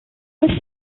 bluish